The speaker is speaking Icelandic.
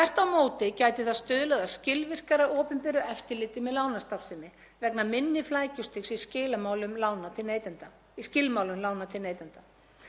Jafnframt væri það til þess fallið að gera peningastefnu Seðlabanka Íslands skilvirkari en mikil útbreiðsla verðtryggingar lánsfjár hefur verið talin hamla framgangi hennar.